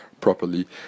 properly